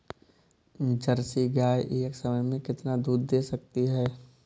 Jersey गाय एक समय में कितना दूध दे सकती है?